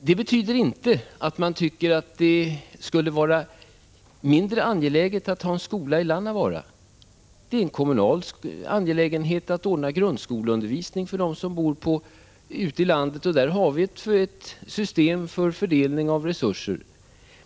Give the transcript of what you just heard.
Det betyder inte att man tycker att det skulle vara mindre angeläget att ha en skola i Lannavaara. Det är en kommunal angelägenhet att ordna grundskoleundervisning ute i landet, och där har vi ett system för fördelning av resurser.